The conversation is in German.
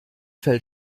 fällt